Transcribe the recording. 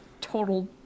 total